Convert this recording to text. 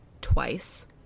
twice